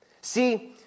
See